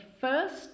first